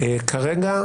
כרגע,